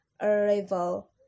arrival